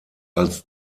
als